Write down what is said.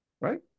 right